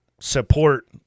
support